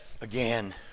again